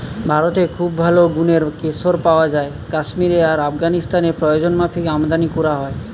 ভারতে খুব ভালো গুনের কেশর পায়া যায় কাশ্মীরে আর আফগানিস্তানে প্রয়োজনমাফিক আমদানী কোরা হয়